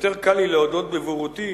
יותר קל לי להודות בבורותי,